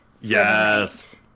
Yes